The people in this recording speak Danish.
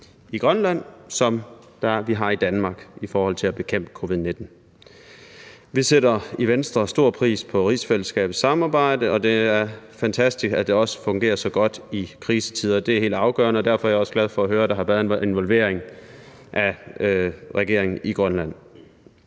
i Grønland, som vi har i Danmark, i forhold til at bekæmpe covid-19. Vi sætter i Venstre stor pris på rigsfællesskabets samarbejde, og det er fantastisk, at det også fungerer så godt i krisetider. Det er helt afgørende, og derfor er jeg også glad for at høre, at der har været en involvering af regeringen i Grønland.